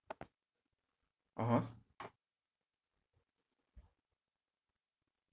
(uh huh)